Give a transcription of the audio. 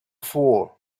four